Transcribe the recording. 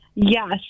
yes